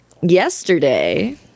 Yesterday